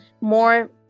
more